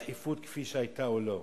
בדחיפות כפי שהיתה או לא.